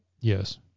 Yes